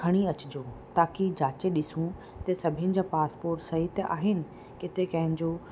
खणी अचिजो ताकी जांचे ॾिसूं त सभिनि जा पास्पोर्ट सही त आहिनि किथे कंहिंजो